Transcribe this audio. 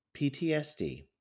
PTSD